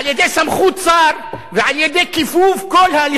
ועל-ידי כיפוף כל ההליכים הביורוקרטיים?